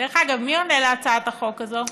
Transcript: דרך אגב, מי עונה על הצעת החוק הזאת?